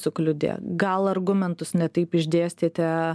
sukliudė gal argumentus ne taip išdėstėte